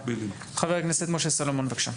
חבר הכנסת משה סולומון, בבקשה.